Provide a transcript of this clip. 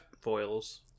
foils